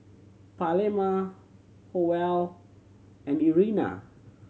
Pamela Howell and Irena